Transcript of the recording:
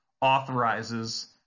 authorizes